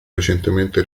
recentemente